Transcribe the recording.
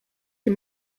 you